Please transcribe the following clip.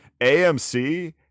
amc